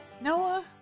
Noah